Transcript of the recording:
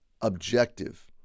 objective